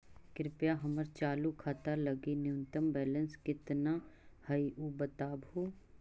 कृपया हमर चालू खाता लगी न्यूनतम बैलेंस कितना हई ऊ बतावहुं